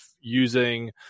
using